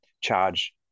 charge